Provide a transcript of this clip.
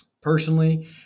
Personally